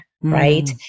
right